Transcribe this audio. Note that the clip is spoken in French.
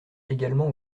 également